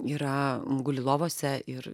yra guli lovose ir